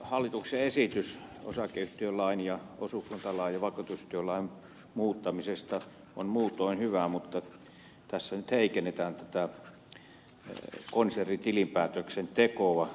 tämä hallituksen esitys osakeyhtiölain ja osuuskuntalain ja vakuutusyhtiölain muuttamisesta on muutoin hyvä mutta tässä nyt heikennetään tätä konsernitilinpäätöksen tekoa